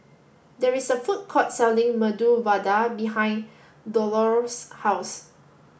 there is a food court selling Medu Vada behind Dolores' house